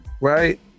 right